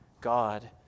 God